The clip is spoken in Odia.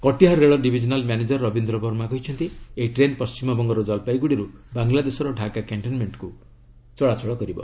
କଟିହା ରେଳ ଡିଭିଜନାଲ ମ୍ୟାନେଜର ରବୀନ୍ଦ୍ର ବର୍ମା କହିଛନ୍ତି ଏହି ଟ୍ରେନ୍ ପଶ୍ଚିମବଙ୍ଗର ଜଲପାଇଗୁଡିରୁ ବାଂଲାଦେଶର ଡ଼ାକା କ୍ୟାଷ୍ଟନମେଣ୍ଟକୁ ଚଳାଚଳ କରିବ